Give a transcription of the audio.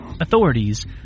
Authorities